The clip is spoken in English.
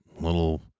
little